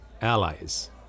allies